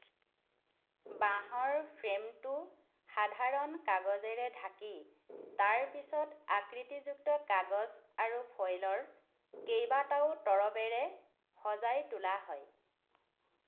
বাঁহৰ ফ্ৰেমটো সাধাৰণ কাগজেৰে ঢাকি তাৰ পিছত আকৃতিযুক্ত কাগজ আৰু ফয়লৰ কেইবাটাও তৰপেৰে সজাই তোলা হয়